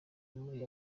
muri